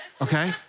Okay